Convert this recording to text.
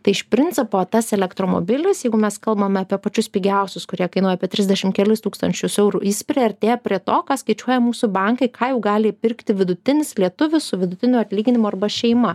tai iš principo tas elektromobilis jeigu mes kalbame apie pačius pigiausius kurie kainuoja apie trisdešim kelis tūkstančius eurų jis priartėja prie to ką skaičiuoja mūsų bankai ką jau gali įpirkti vidutinis lietuvis su vidutiniu atlyginimu arba šeima